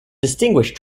distinguish